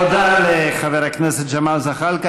תודה לחבר הכנסת ג'מאל זחאלקה.